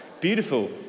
beautiful